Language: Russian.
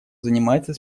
занимается